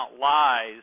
lies